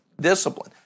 discipline